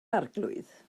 arglwydd